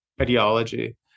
ideology